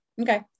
Okay